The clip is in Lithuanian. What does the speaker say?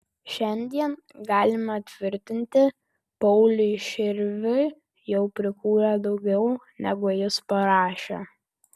šiandien galima tvirtinti pauliui širviui jau prikūrė daugiau negu jis parašė